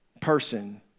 person